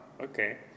Okay